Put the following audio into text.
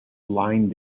line